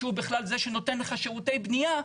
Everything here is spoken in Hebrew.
שהוא בכלל זה שנותן לך שירותי בנייה,